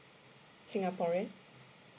singaporean